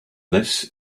this